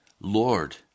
Lord